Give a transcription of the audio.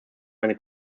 eine